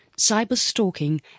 cyber-stalking